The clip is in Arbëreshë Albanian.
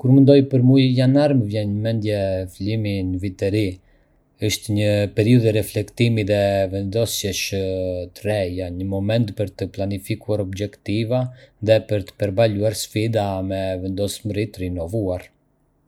Kur mendoj për muajin janar, më vjen në mendje fillimi i një viti të ri. Është një periudhë reflektimi dhe vendosjesh të reja, një moment për të planifikuar objektiva dhe për të përballuar sfida me vendosmëri të rinovuar.